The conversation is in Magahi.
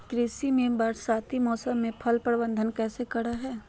कृषि में बरसाती मौसम में जल प्रबंधन कैसे करे हैय?